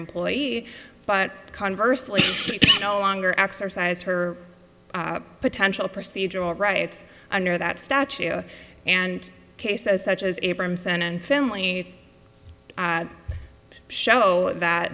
employee but conversely no longer exercise her potential procedural rights under that statue and cases such as abramson and family show that